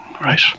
Right